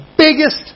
Biggest